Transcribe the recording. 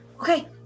Okay